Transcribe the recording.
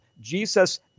Jesus